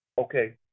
Okay